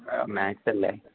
മാത്സല്ലേ